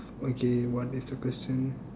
okay what is the question